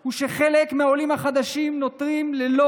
הוא שחלק מהעולים החדשים נותרים ללא